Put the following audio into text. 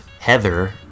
Heather